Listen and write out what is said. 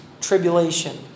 tribulation